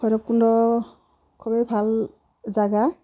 ভৈৰৱকুণ্ড খুবেই ভাল জেগা